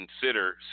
consider